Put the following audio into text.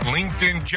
LinkedIn